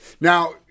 Now